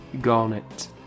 garnet